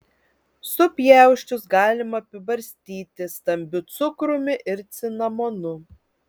supjausčius galima apibarstyti stambiu cukrumi ir cinamonu